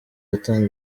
atanga